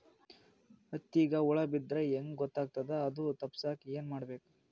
ಹತ್ತಿಗ ಹುಳ ಬಿದ್ದ್ರಾ ಹೆಂಗ್ ಗೊತ್ತಾಗ್ತದ ಅದು ತಪ್ಪಸಕ್ಕ್ ಏನ್ ಮಾಡಬೇಕು?